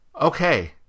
Okay